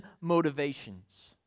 motivations